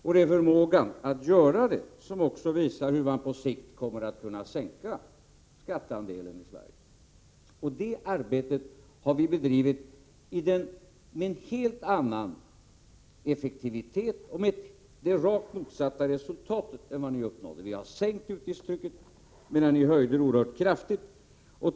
Det är också förmågan att göra det som visar hur man på sikt kommer att kunna sänka skatteandelen i Sverige. Och det arbetet har vi bedrivit med en helt annan effektivitet än ni och med rakt motsatta resultat mot vad ni uppnått: vi har sänkt utgiftstrycket, som ni hade höjt oerhört kraftigt.